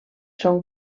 són